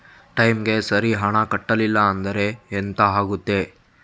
ಟೈಮಿಗೆ ಸರಿ ಹಣ ಕಟ್ಟಲಿಲ್ಲ ಅಂದ್ರೆ ಎಂಥ ಆಗುತ್ತೆ?